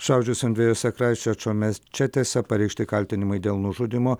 šaudžiusiam dviejose kraisčerčo mečetėse pareikšti kaltinimai dėl nužudymo